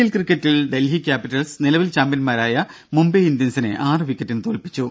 L ക്രിക്കറ്റിൽ Delhi Capitals നിലവിൽ ചാമ്പ്യൻമാരായ മുംബൈ ഇന്ത്യൻസിനെ ആറുവിക്കറ്റിന് തോൽപ്പിച്ചു